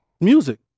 music